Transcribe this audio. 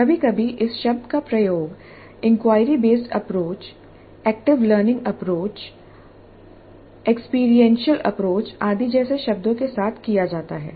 कभी कभी इस शब्द का प्रयोग inquiry based approach active learning approach experiential approach आदि जैसे शब्दों के साथ किया जाता है